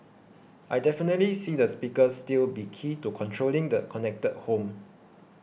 I definitely see the speaker still be key to controlling the connected home